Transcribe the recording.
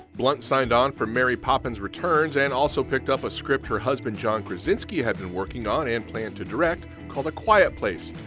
blunt signed on for mary poppins returns and also picked up a script her husband, john krasinski had been working on and planned to direct, called a quiet place.